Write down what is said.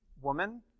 woman